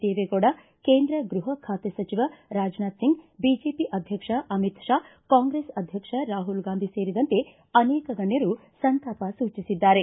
ದೇವಗೌಡ ಕೇಂದ್ರ ಗೃಹ ಖಾತೆ ಸಚಿವ ರಾಜನಾಥ್ ಸಿಂಗ್ ಬಿಜೆಪಿ ಅಧ್ಯಕ್ಷ ಅಮಿತ್ ಷಾ ಕಾಂಗ್ರೆಸ್ ಅಧ್ಯಕ್ಷ ರಾಹುಲ್ ಗಾಂಧಿ ಸೇರಿದಂತೆ ಅನೇಕ ಗಣ್ವರು ಸಂತಾಪ ಸೂಚಿಸಿದ್ದಾರೆ